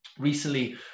Recently